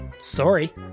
Sorry